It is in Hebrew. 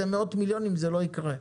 זה מאות מיליונים וזה לא יקרה,